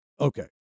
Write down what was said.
okay